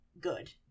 good